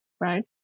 right